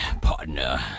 partner